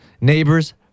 neighbors